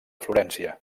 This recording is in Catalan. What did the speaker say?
florència